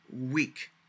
week